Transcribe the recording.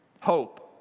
hope